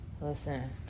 Listen